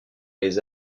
les